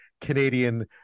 Canadian